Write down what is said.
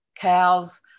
cows